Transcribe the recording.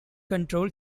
control